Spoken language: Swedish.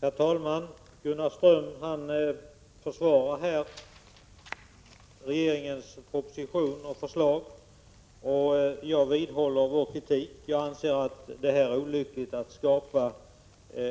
Herr talman! Gunnar Ström försvarar här regeringens förslag i propositionen. Jag vidhåller vår kritik. Jag anser att det är fel att skapa